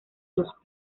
los